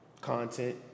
content